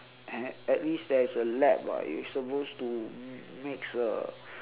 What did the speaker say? at least there is a lab [what] you supposed to mix the